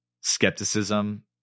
skepticism